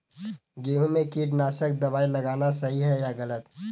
गेहूँ में कीटनाशक दबाई लगाना सही है या गलत?